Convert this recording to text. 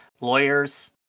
lawyers